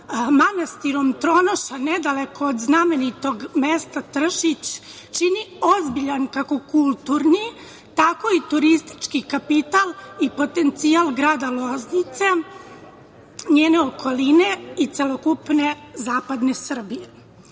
manastirom Tronoša nedaleko od znamenitog mesta Tršić, čini ozbiljan, kako kulturni, tako i turistički kapital i potencijal grada Loznice, njene okoline i celokupne zapadne Srbije. Da